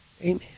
Amen